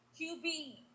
QB